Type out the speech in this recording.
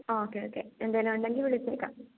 ആ okay okay എന്തെങ്കിലും ഉണ്ടെങ്കിൽ വിളിച്ചേക്കാം